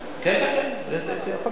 אתה יכול לבדוק את זה,